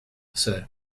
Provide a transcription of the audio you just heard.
sir